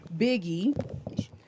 Biggie